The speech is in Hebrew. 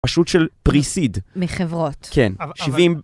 פשוט של פריסיד. מחברות. כן, שבעים...